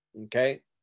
Okay